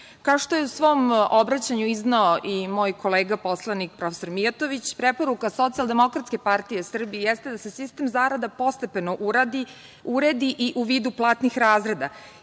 Kao što je u svom obraćanju izneo i moj kolega poslanik profesor Mijatović, preporuka Socijaldemokratske partije Srbije jeste da se sistem zarada postepeno uredi i u vidu platnih razreda